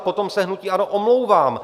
Potom se hnutí ANO omlouvám.